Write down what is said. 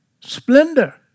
Splendor